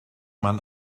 man